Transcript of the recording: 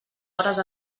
hores